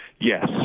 Yes